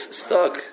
stuck